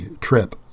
trip